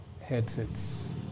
headsets